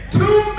two